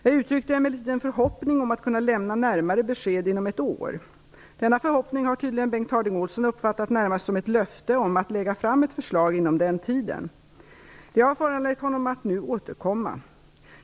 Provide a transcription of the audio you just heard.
Jag uttryckte emellertid en förhoppning om att kunna lämna närmare besked inom ett år. Denna förhoppning har tydligen Bengt Harding Olson uppfattat närmast som ett löfte om att lägga fram ett förslag inom den tiden. Det har föranlett honom att nu återkomma.